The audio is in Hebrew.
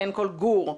כל גור,